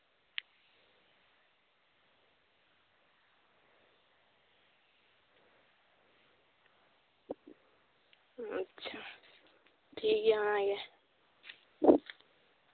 ᱟᱪᱪᱷᱟ ᱴᱷᱤᱠᱜᱮᱭᱟ ᱚᱱᱟ ᱜᱮ